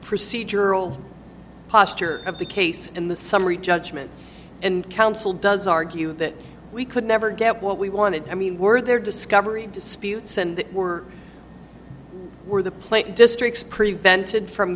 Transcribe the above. procedural posture of the case in the summary judgment and counsel does argue that we could never get what we wanted i mean were there discovery disputes and were were the plate districts prevented from